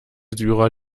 syrer